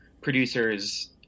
producers